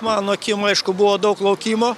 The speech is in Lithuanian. mano akim aišku buvo daug laukimo